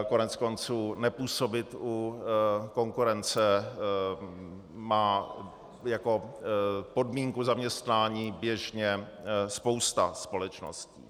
Koneckonců nepůsobit u konkurence má jako podmínku zaměstnání běžně spousta společností.